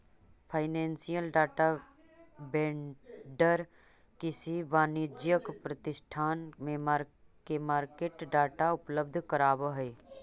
financial data vendor किसी वाणिज्यिक प्रतिष्ठान के मार्केट डाटा उपलब्ध करावऽ हइ